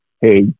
Hey